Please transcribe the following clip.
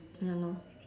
ya lor